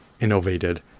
innovated